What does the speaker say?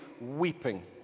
weeping